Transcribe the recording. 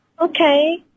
Okay